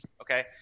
Okay